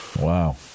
Wow